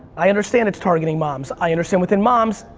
i understand it's targeting moms, i understand within moms,